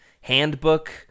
handbook